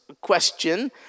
question